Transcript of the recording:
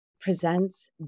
presents